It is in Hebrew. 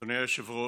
אדוני היושב-ראש,